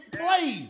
play